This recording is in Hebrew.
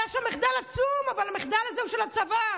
היה שם מחדל עצום, אבל המחדל הזה הוא של הצבא.